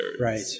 Right